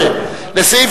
לסעיף